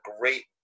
great